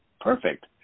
perfect